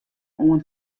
oan